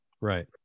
Right